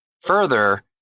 further